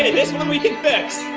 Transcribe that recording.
and this one we can fix.